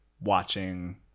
watching